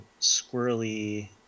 squirrely